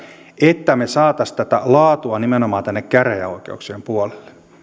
että me saisimme tätä laatua nimenomaan tänne käräjäoikeuksien puolelle